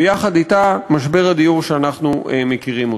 ויחד אתה משבר הדיור שאנחנו מכירים אותו.